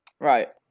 Right